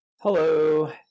hello